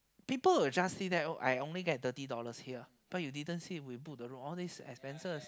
people will just see that I only get thirty dollars here but you didn't see we book the room all these expenses